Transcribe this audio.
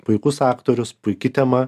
puikus aktorius puiki tema